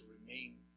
remain